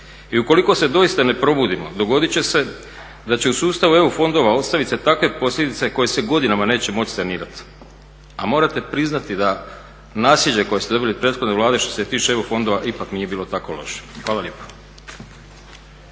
I ukoliko se doista ne probudimo dogodit će se da će u sustavu eu fondova ostavit se takve posljedice koje se godinama neće moći sanirat, a morate priznati da nasljeđe koje ste dobili od prethodne Vlade što se tiče eu fondova ipak nije bilo tako loše. Hvala lijepo.